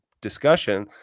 discussion